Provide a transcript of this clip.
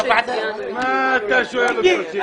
מה אתה שואל אותו שאלות?